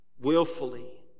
willfully